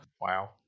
Wow